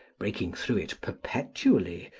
breaking through it perpetually,